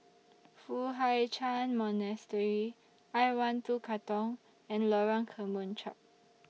Foo Hai Ch'An Monastery I one two Katong and Lorong Kemunchup